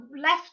left